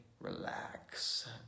relax